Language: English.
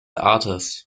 artist